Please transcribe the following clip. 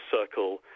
circle